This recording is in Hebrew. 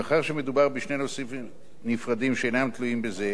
מאחר שמדובר בשני נושאים נפרדים שאינם תלויים זה בזה,